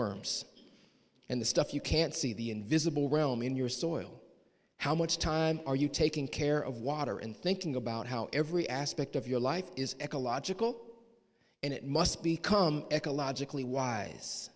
worms and the stuff you can't see the invisible realm in your soil how much time are you taking care of water and thinking about how every aspect of your life is ecological and it must become ecologically